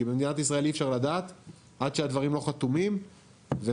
כי במדינת ישראל אי אפשר לדעת עד שהדברים לא חתומים ומנועים,